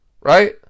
right